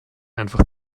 einfach